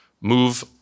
move